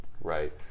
right